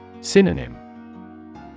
Synonym